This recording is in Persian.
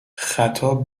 خطاب